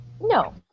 no